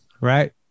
Right